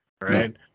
right